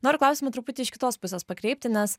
noriu klausimą truputį iš kitos pusės pakreipti nes